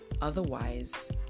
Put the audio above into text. otherwise